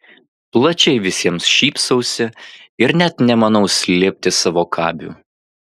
plačiai visiems šypsausi ir net nemanau slėpti savo kabių